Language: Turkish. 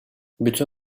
bütün